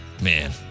Man